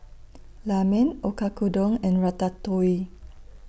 Ramen Oyakodon and Ratatouille